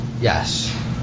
yes